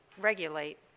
regulate